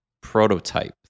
prototype